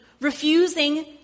refusing